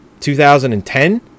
2010